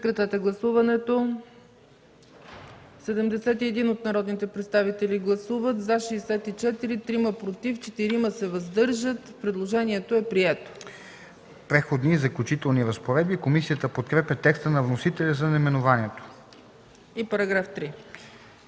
„Преходни и заключителни разпоредби”. Комисията подкрепя текста на вносителя за § 3.